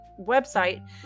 website